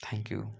thank you